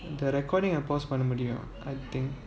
the recording I pause பண்ண முடியும்:panna mudiyum I think